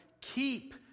keep